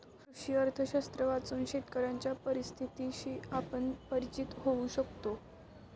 कृषी अर्थशास्त्र वाचून शेतकऱ्यांच्या परिस्थितीशी आपण परिचित होऊ शकतो